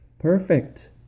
Perfect